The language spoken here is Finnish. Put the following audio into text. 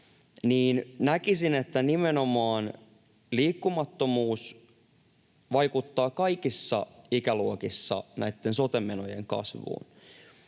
niin näkisin, että nimenomaan liikkumattomuus vaikuttaa kaikissa ikäluokissa näitten sote-menojen kasvuun.